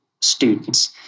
students